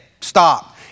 stop